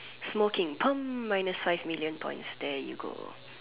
smoking paam minus five million points there you go